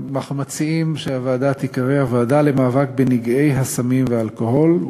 אנחנו מציעים שהוועדה תיקרא הוועדה למאבק בנגעי הסמים והאלכוהול,